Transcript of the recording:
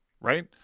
right